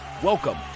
Welcome